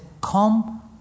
come